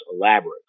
elaborate